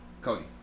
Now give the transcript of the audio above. Cody